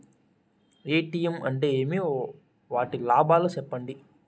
ATM అంటే ఏమి? వాటి లాభాలు సెప్పండి